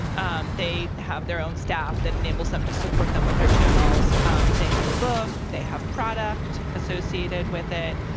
um they have their own staff that enables them to support them with their channels. um they have a book. they have product associated with it.